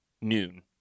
noon